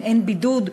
אם אין בידוד,